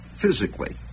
physically